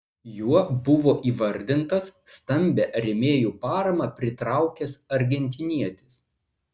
juo buvo įvardintas stambią rėmėjų paramą pritraukęs argentinietis